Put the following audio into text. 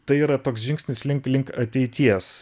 tai yra toks žingsnis link link ateities